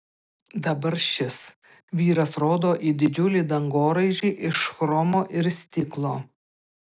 dabar šis vyras rodo į didžiulį dangoraižį iš chromo ir stiklo